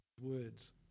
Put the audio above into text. words